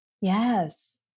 Yes